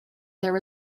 there